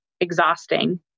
exhausting